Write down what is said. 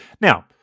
Now